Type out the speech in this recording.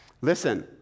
Listen